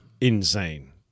insane